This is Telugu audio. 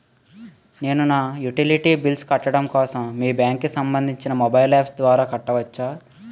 నేను నా యుటిలిటీ బిల్ల్స్ కట్టడం కోసం మీ బ్యాంక్ కి సంబందించిన మొబైల్ అప్స్ ద్వారా కట్టవచ్చా?